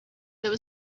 there